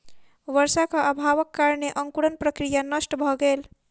वर्षाक अभावक कारणेँ अंकुरण प्रक्रिया नष्ट भ गेल